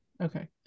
okay